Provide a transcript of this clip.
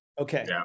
Okay